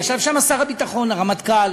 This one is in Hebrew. ישבו שם שר הביטחון, הרמטכ"ל,